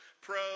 pro